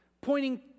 Pointing